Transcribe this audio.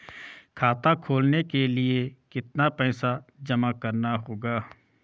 खाता खोलने के लिये कितना पैसा जमा करना होगा?